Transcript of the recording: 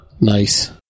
Nice